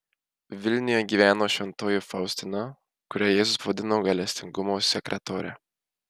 vilniuje gyveno šventoji faustina kurią jėzus pavadino gailestingumo sekretore